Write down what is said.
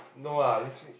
no lah this week